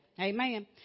Amen